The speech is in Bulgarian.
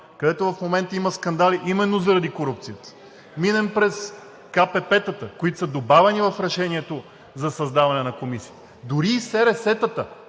където в момента има скандали именно заради корупцията, минем през КПП-тата, които са добавени в решението за създаване на Комисията, дори СРС-тата